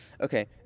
Okay